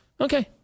okay